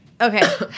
okay